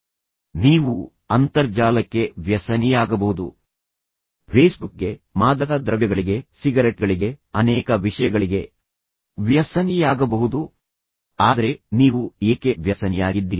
TV ಯಲ್ಲಿ ಏನನ್ನಾದರೂ ನೋಡುವ ಚಟ ನೀವು ಅಂತರ್ಜಾಲಕ್ಕೆ ವ್ಯಸನಿಯಾಗಬಹುದು ಫೇಸ್ಬುಕ್ಗೆ ವ್ಯಸನಿಯಾಗಬಹುದು ಮಾದಕ ದ್ರವ್ಯಗಳಿಗೆ ವ್ಯಸನಿಯಾಗಬಹುದು ಸಿಗರೆಟ್ಗಳಿಗೆ ವ್ಯಸನಿಯಾಗಬಹುದು ಅನೇಕ ವಿಷಯಗಳಿಗೆ ವ್ಯಸನಿಯಾಗಬಹುದು ಆದರೆ ನೀವು ಏಕೆ ವ್ಯಸನಿಯಾಗಿದ್ದೀರಿ